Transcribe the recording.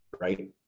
right